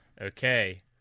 okay